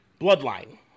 Bloodline